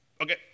Okay